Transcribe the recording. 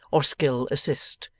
or skill assist,